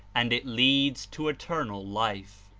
and it leads to eternal life.